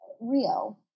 Rio